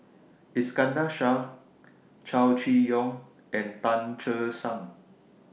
Iskandar Shah Chow Chee Yong and Tan Che Sang